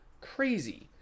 Crazy